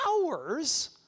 hours